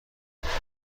امتحان